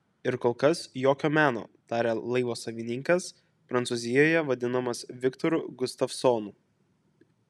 ir kol kas jokio meno tarė laivo savininkas prancūzijoje vadinamas viktoru gustavsonu